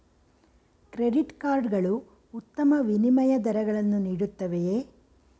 Credit card ಗಳು ಉತ್ತಮ ವಿನಿಮಯ ದರಗಳನ್ನು ನೀಡುತ್ತವೆಯೇ?